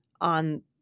on